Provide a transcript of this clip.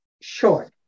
short